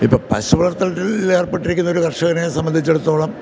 ഇപ്പം പശു വളർത്തലിൽ ഏർപ്പെട്ടിരിക്കുന്നൊരു കർഷകനെ സംബന്ധിച്ചെടുത്തോളം